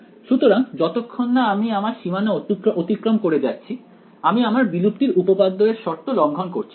সুতরাং যতক্ষণ না আমি আমার সীমানা অতিক্রম করে যাচ্ছি আমি আমার বিলুপ্তির উপপাদ্য এর শর্ত লংঘন করছি না